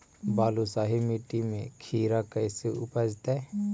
बालुसाहि मट्टी में खिरा कैसे उपजतै?